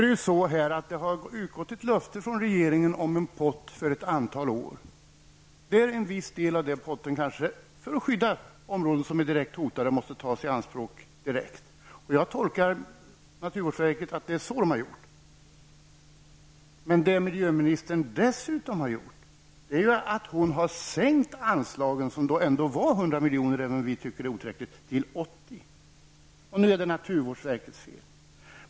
Det har från regeringen utgått ett löfte om en pott för ett antal år för att skydda områden som är direkt hotade och där medel måste tas i anspråk direkt. Enligt min tolkning har naturvårdsverket gjort detta. Men dessutom har miljöministern sänkt anslagen som ändå uppgick till 100 milj.kr., även om vi tycker att det är otillräckligt, till 80 milj.kr., och nu är detta naturvårdsverkets fel.